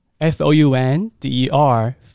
F-O-U-N-D-E-R